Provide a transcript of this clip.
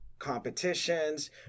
competitions